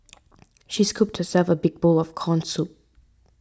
she scooped herself a big bowl of Corn Soup